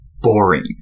boring